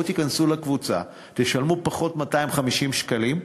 בואו תיכנסו לקבוצה, תשלמו פחות 250 שקלים.